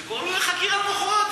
היו קוראים לי לחקירה למחרת.